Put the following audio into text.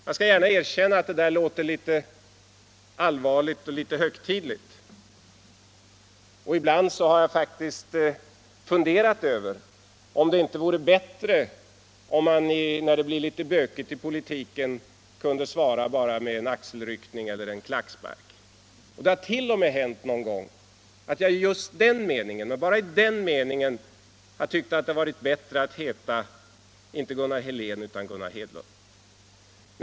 Jag skall gärna erkänna att detta låter litet allvarligt och högtidligt, och ibland har jag faktiskt funderat över om det inte vore bättre att man när det blir litet bökigt i politiken kunde svara bara med en axelryckning eller en klackspark. Det har t.o.m. hänt någon gång att jag just i den meningen, men bara i den meningen, har tyckt att det hade varit bättre att heta inte Gunnar Helén utan Gunnar Hedlund.